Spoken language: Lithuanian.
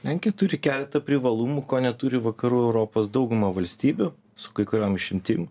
lenkija turi keletą privalumų ko neturi vakarų europos dauguma valstybių su kai kuriom išimtim